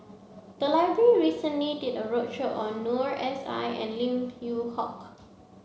the library recently did a roadshow on Noor S I and Lim Yew Hock